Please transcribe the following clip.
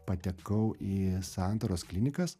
patekau į santaros klinikas